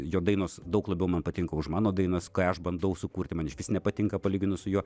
jo dainos daug labiau man patinka už mano dainas kai aš bandau sukurti man išvis nepatinka palyginus su juo